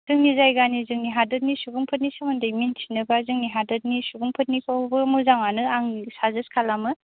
जोंनि जायगानि जोंनि हादरनि सुबुंफोरनि सोमोन्दै मिनथिनो बा जोंनि हादरनि सुबुंफोरनि खौबो मोजाङानो आं साजेस खालामो